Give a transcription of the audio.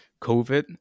COVID